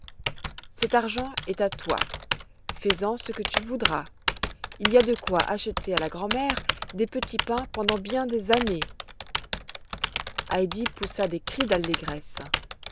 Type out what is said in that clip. cet argent est à toi fais-en ce que tu voudras il y a de quoi acheter à la grand'mère des petits pains pendant bien des années heidi poussa des cris d'allégresse